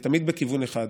ותמיד בכיוון אחד.